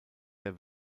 der